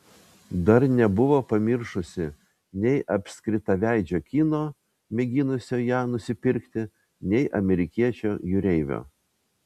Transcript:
dar nebuvo pamiršusi nei apskritaveidžio kino mėginusio ją nusipirkti nei amerikiečio jūreivio